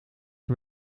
een